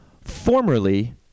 Formerly